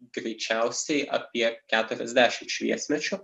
greičiausiai apie keturiasdešimt šviesmečių